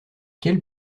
quelle